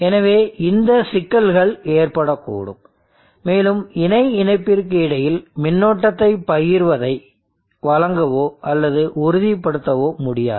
எனவே இந்த சிக்கல்கள் ஏற்படக்கூடும் மேலும் இணை இணைப்பிற்கு இடையில் மின்னோட்டத்தைப் பகிர்வதை வழங்கவோ அல்லது உறுதிப்படுத்தவோ முடியாது